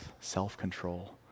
self-control